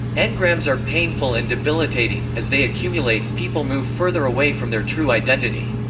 engrams are painful and debilitating as they accumulate, people move further away from their true identity.